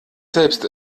selbst